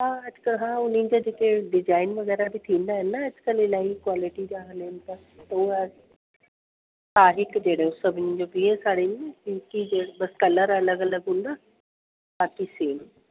हा अॼु क हा उन्हनि जे जेके डिजाइन वग़ैरह बि थींदा आहिनि न अॼुकल्ह इलाही क्वालिटी जा हलनि था पोइ हा हिकु जहिड़ो सभिनि जो वीह साड़ी हिकु ई जहिड़ो बसि कलर अलॻि अलॻि हूंदा बाक़ी सेम